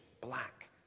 black